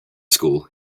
school